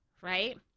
Right